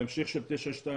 ההמשך של 922,